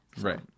Right